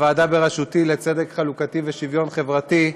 הוועדה בראשותי, לצדק חלוקתי ושוויון חברתי,